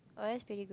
oh that's pretty good